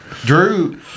Drew